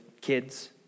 kids